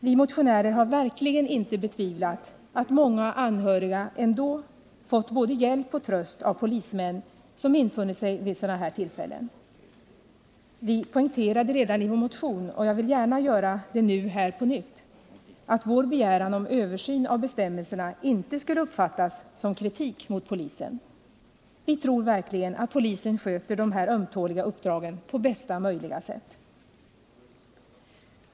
Vi motionärer har verkligen inte betvivlat att många anhöriga ändå fått både hjälp och tröst av polismän som infunnit sig vid sådana här tillfällen. Vi poängterade redan i vår motion — och jag vill gärna göra det nu här på nytt — att vår begäran om översyn av bestämmelserna inte skulle uppfattas som kritik mot polisen. Vi tror verkligen att polisen sköter de här ömtåliga uppdragen på bästa möjliga sätt.